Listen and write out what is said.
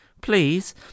Please